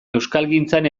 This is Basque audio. euskalgintzan